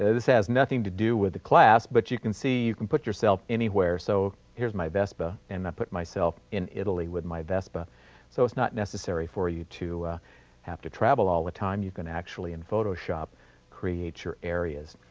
this has nothing to do with the class but you can see, you can put yourself anywhere, so, here's my vespa and i put myself in italy with my vespa so it's not necessary for you to have to travel all the time, you can actually in photoshop create your areas.